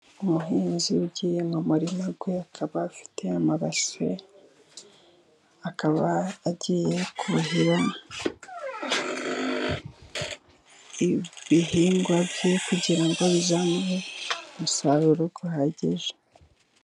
Umuhinzi ugiye mu murima we akaba afite agiye amabase, akaba agiye kuhira ibihingwa bye, kugira ngo bizamuhe umusaruro uhagije.